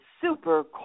super